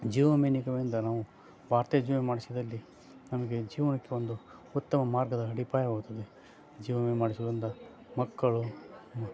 ಜೀವಮೆನಿಕವಿಂದ ನಾವು ಪಾರ್ತೇ ಜೀವ ಮಾಡ್ಸೋದ್ರಲ್ಲಿ ನಮಗೆ ಜೀವಕ್ಕೆ ಒಂದು ಉತ್ತಮ ಮಾರ್ಗದ ಅಡಿಪಾಯವಾಗುತ್ತದೆ ಜೀವವಿಮೆ ಮಾಡಿಸೋದರಿಂದ ಮಕ್ಕಳು